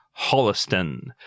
Holliston